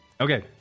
Okay